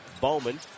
Bowman